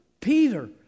Peter